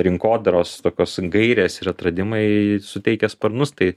rinkodaros tokios gairės ir atradimai suteikia sparnus tai